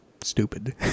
stupid